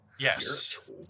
Yes